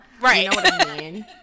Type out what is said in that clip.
right